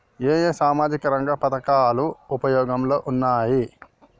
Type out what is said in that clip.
ఏ ఏ సామాజిక రంగ పథకాలు ఉపయోగంలో ఉన్నాయి?